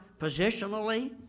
positionally